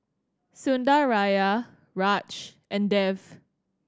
Sundaraiah Raj and Dev